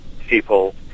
people